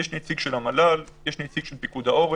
יש נציג של המל"ל, יש נציג של פיקוד העורף,